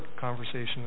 conversation